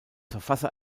verfasser